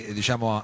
diciamo